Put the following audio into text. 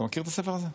אתה מכיר את הספר הזה?